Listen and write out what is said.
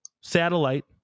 satellite